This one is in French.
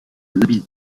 nabil